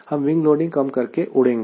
हम wing loading कम करके उड़ेंगे